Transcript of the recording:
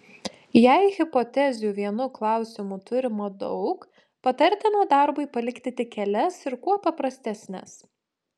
jei hipotezių vienu klausimu turima daug patartina darbui palikti tik kelias ir kuo paprastesnes